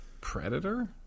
Predator